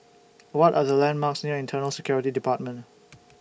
What Are The landmarks near Internal Security department